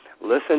Listen